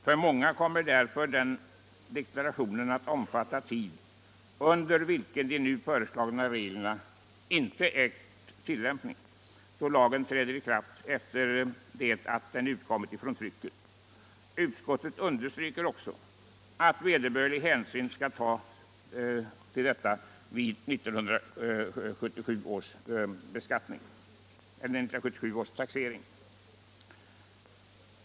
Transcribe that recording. För många kommer därför den deklarationen att omfatta tid, under vilken de nu föreslagna reglerna inte ägt tillämpning — lagen träder i kraft efter det att den utkommit från trycket. Utskottet understryker också att vederbörlig hänsyn skall tas till detta vid 1977 års taxering.